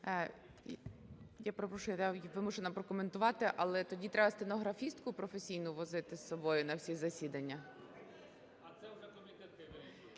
Я перепрошую, я вимушена прокоментувати. Але тоді треба стенографістку професійну возити з собою на всі засідання.